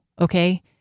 okay